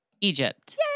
Egypt